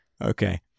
Okay